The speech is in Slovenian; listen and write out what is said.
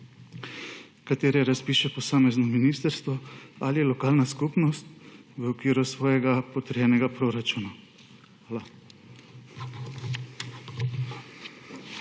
ki jih razpiše posamezno ministrstvo ali lokalna skupnost v okviru svojega potrjenega proračuna. Hvala.